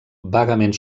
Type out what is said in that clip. vagament